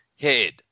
head